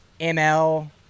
ML